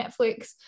netflix